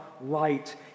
light